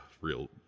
real